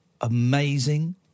amazing